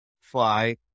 fly